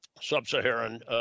Sub-Saharan